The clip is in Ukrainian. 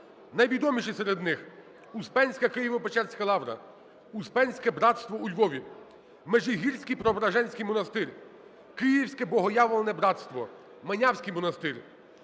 Найвідоміші серед них: Успенська Києво-Печерська лавра, Успенське братство у Львові, Межигірський Преображенський монастир, Київське Богоявленське братство, Манявський монастир.